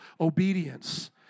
obedience